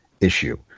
issue